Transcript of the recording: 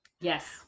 Yes